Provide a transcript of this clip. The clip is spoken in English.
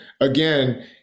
again